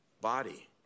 body